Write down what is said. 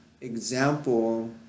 example